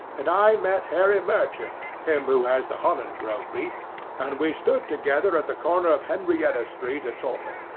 and i met harry murcher him who has the holland and grove beat and we stood together at the corner of henrietta street a-talkin'.